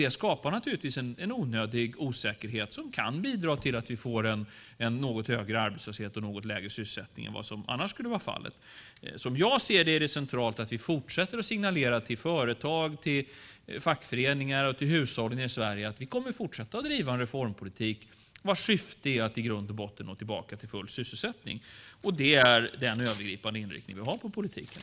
Det skapar naturligtvis en onödig osäkerhet som kan bidra till att vi får en något högre arbetslöshet och en något lägre sysselsättning än som annars skulle vara fallet. Som jag ser det är det centralt att vi till företag, till fackföreningar och till hushållen i Sverige fortsatt signalerar att vi kommer att fortsätta att driva en reformpolitik vars syfte i grund och botten är att gå tillbaka till full sysselsättning. Det är den övergripande inriktning som vi har på politiken.